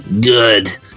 Good